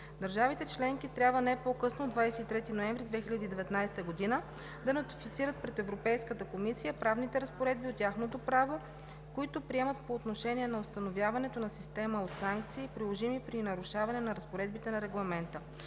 Държавите членки трябва не по-късно от 23 ноември 2019 г. да нотифицират пред Европейската комисия правните разпоредби от тяхното право, които приемат по отношение на установяването на система от санкции, приложими при нарушаване на разпоредбите на Регламента.